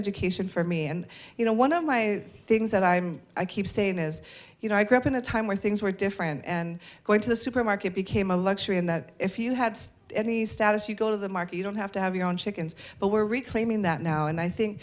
education for me and you know one of my things that i'm i keep saying is you know i grew up in a time where things were different and going to the supermarket became a luxury and that if you had any status you go to the market you don't have to have your own chickens but we're reclaiming that now and i think